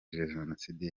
jenoside